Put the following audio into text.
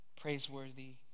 praiseworthy